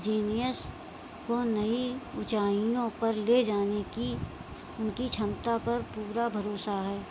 genius तो नई ऊंचाइयों पर ले जाने की उनकी क्षमता पर पूरा भरोसा है